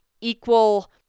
equal